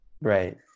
Right